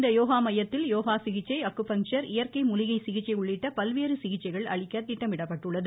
இந்த யோகா மையத்தில் யோகா சிகிச்சை அக்குபஞ்சர் இயற்கை மூலிகை சிகிச்சை உள்ளிட்ட பல்வேறு சிகிச்சைகள் அளிக்க திட்டமிடப்பட்டுள்ளது